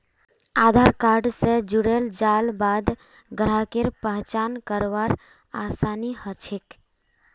आधार card स जुड़ेल जाल बाद ग्राहकेर पहचान करवार आसानी ह छेक